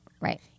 Right